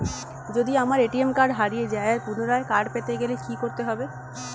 যদি আমার ATM card হারিয়ে যায় পুনরায় কার্ড পেতে গেলে কি করতে হবে?